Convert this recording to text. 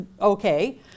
okay